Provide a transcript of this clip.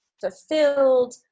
fulfilled